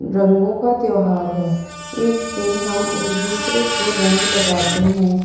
रंगों का त्योहार है इस दिन हम एक दूसरे को रंग लगाते हैं